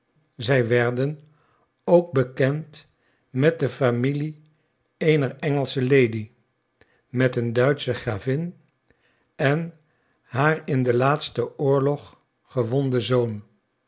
zij werden ook bekend met de familie eener engelsche lady met een duitsche gravin en haar in den laatsten oorlog gewonden zoon